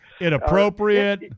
inappropriate